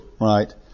Right